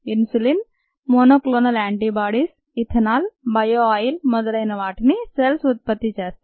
insulin monoclonal antibodies ethanol bio oil మొదలైన వాటిని cells ఉత్పత్తి చేస్తాయి